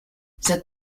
cette